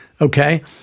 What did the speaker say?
okay